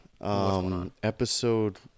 episode